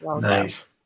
Nice